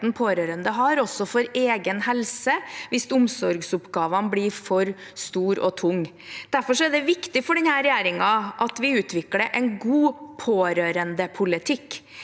pårørende har, også for egen helse, hvis omsorgsoppgavene blir for store og tunge. Derfor er det viktig for denne regjeringen at vi utvikler en god pårørendepolitikk.